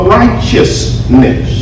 righteousness